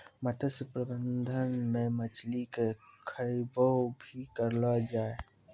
मत्स्य प्रबंधन मे मछली के खैबो भी करलो जाय